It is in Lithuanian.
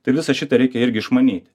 tai visą šitą reikia irgi išmanyti